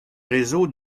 réseaux